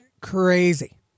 crazy